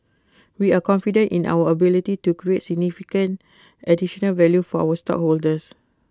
we are confident in our ability to create significant additional value for our stockholders